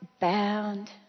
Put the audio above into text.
bound